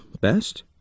best